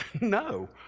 no